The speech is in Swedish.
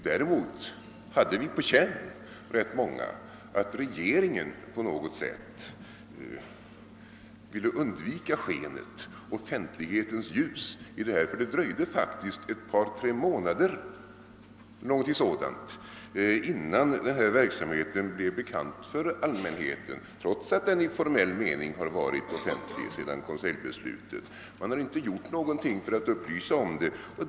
Däremot hade rätt många av oss en känsla av att regeringen på något sätt ville undvika offentlighetens ljus — det dröjde faktiskt ett par tre månader innan denna verksamhet blev bekant för allmänheten, trots att den i formell mening har varit offentlig sedan konseljbeslutet. Regeringen har inte gjort någonting för att upplysa om den.